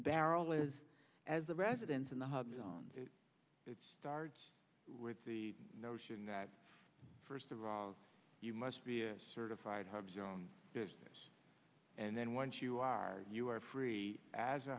barrel as as the residents in the hub zone it starts with the notion that first of all you must be a certified hubs your own business and then once you are you are free as a